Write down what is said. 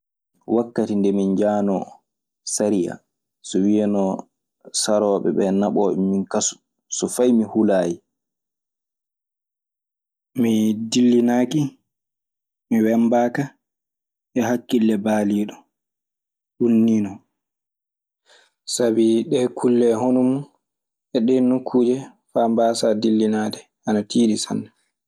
Wakkati nde min njahanoo sariya so wiyanoo sarooɓe ɓee naɓooɓe min kaso. So fay mi hulaayi, mi dillinaaki. Mi wemmbaaka e hakkille baaliiɗo ɗum niinon. Sabi ɗee kulle hono mun e ɗee nokkuuje, faa mbaasaa dillinaade ana tiiɗi sanne.